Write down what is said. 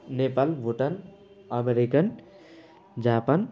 Nepal Bhutan America Japan